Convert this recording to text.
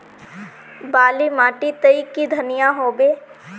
बाली माटी तई की धनिया होबे?